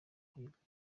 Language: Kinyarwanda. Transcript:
kuyivamo